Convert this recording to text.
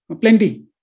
plenty